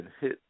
hit